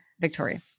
Victoria